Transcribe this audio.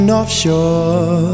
Offshore